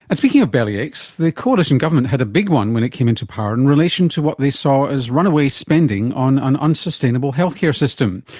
and speaking of belly aches, the coalition government had a big one when it came into power in relation to what they saw as runaway spending on an unsustainable healthcare system.